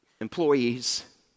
employees